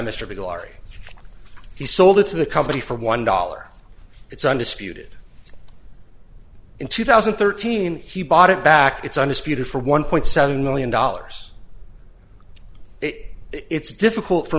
biglari he sold it to the company for one dollar it's undisputed in two thousand and thirteen he bought it back it's undisputed for one point seven million dollars it it's difficult for